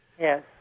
Yes